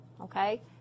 okay